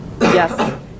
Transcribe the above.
yes